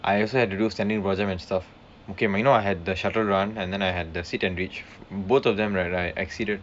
I also had to do standing broad jump and stuff okay you know I had the shuttle run and then I had the sit and reach both of them right I exceeded